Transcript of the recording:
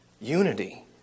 unity